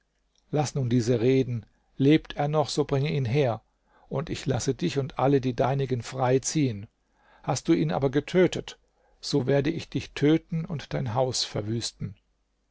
laß nun diese reden lebt er noch so bringe ihn her und ich lasse dich und alle die deinigen frei ziehen hast du ihn aber getötet so werde ich dich töten und dein haus verwüsten